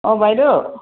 অঁ বাইদেউ